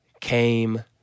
came